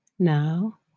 Now